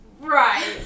Right